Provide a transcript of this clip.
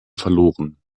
verloren